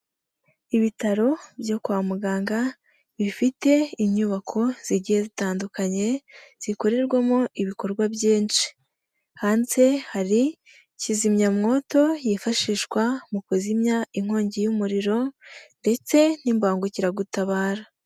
Ibitaro byo kwa muganga bifite inyubako zigiye zitandukanye zikorerwamo ibikorwa byinshi, hanze hari kizimyamwoto yifashishwa mu kuzimya inkongi y'umuriro ndetse n'imbangukiragutabara.